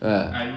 ah